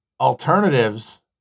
alternatives